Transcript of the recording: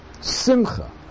simcha